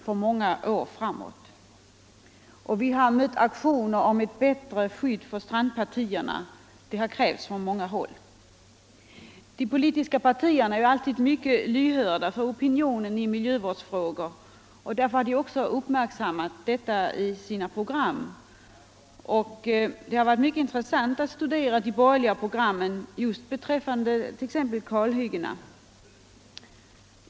Vidare har det förekommit Ändringar i aktioner från många håll, där det krävs bättre skydd för strandpartierna. — naturvårdslagen De politiska partierna är ju alltid mycket lyhörda för opinionen i mil — och skogsvårdsla jövårdsfrågor. Därför har de också uppmärksammat dessa i sina program. gen, m.m. Det har varit mycket intressant att studera de borgerliga programmen, t.ex. beträffande kalhyggena.